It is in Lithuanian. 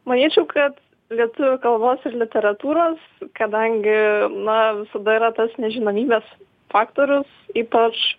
manyčiau kad lietuvių kalbos ir literatūros kadangi na visada yra tas nežinomybės faktorius ypač